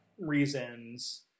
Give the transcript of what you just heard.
reasons